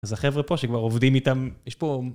אז החבר'ה פה שכבר עובדים איתם, יש פה...